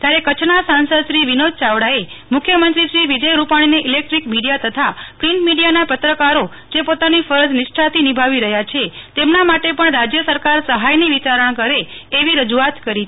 ત્યારે કચ્છના સાંસદશ્રી વિનોદભાઈ ચાવડાએ મુખ્યમંત્રી શ્રી વિજયભાઈ રૂપાણીએ ઈલકટ્રોનિ ક મિડીયા તથા પ્રિન્ટ મીડીયાના પત્રકારો જે પોતાની ફરજ નિષ્ઠાથીનીભાવી રહયા છે તેમના માટે પણ રાજય સરકાર સહાયની વિચારણા કરે એવી રજૂઆત કરી છે